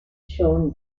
shown